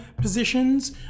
positions